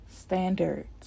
standards